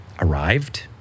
arrived